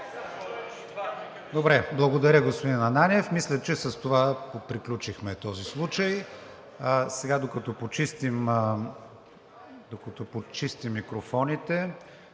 Добре, благодаря, господин Ананиев. Мисля, че с това приключихме този случай. Докато почистим микрофоните,